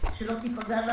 שלא תיפגענה